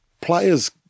players